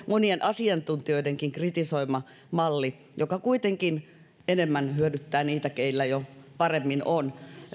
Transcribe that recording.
monien asiantuntijoidenkin kritisoimaa mallia joka kuitenkin enemmän hyödyttää niitä joilla jo paremmin on